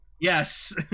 yes